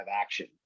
action